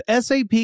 SAP